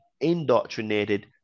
indoctrinated